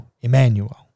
Emmanuel